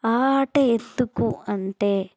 ఆ ఆట ఎందుకు అంటే